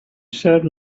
said